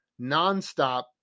nonstop